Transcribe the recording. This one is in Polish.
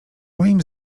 moim